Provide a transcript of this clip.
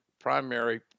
primary